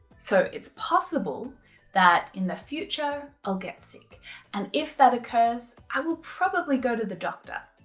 so it's possible that in the future i'll get sick and if that occurs, i will probably go to the doctor.